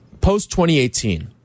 post-2018